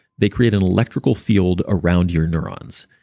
they create an electrical field around your neurons.